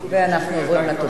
אין מתנגדים,